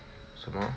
什么